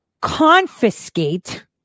confiscate